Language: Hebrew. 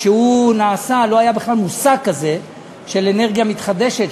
כשזה נעשה לא היה בכלל מושג כזה של אנרגיה מתחדשת,